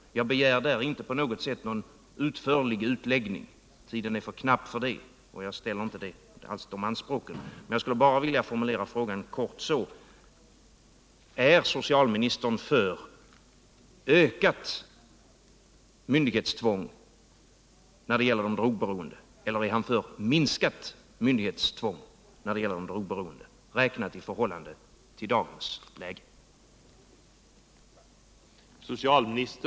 Jag begär inte på något sätt en utförlig utläggning — tiden är för knapp för det — men jag skulle helt kort vilja formulera frågan så: Är socialministern för ökat myndighetstvång när det gäller de drogberoende, eller är han för minskat myndighetstvång för de drogberoende räknat i förhållande till dagens läge?